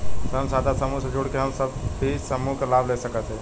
स्वयं सहायता समूह से जुड़ के हम भी समूह क लाभ ले सकत हई?